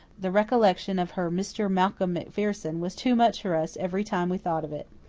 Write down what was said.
the recollection of her mr. malcolm macpherson was too much for us every time we thought of it.